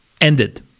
ended